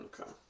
Okay